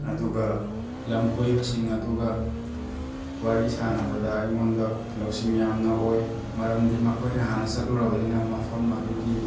ꯑꯗꯨꯒ ꯂꯝ ꯀꯣꯏꯕꯁꯤꯡ ꯑꯗꯨꯒ ꯋꯥꯔꯤ ꯁꯥꯟꯅꯕꯗ ꯑꯩꯉꯣꯟꯗ ꯂꯧꯁꯤꯡ ꯌꯥꯝꯅ ꯑꯣꯏ ꯃꯔꯝꯗꯤ ꯃꯈꯣꯏꯅ ꯍꯥꯟꯅ ꯆꯠꯂꯨꯔꯕꯅꯤꯅ ꯃꯐꯝ ꯑꯗꯨꯒꯤ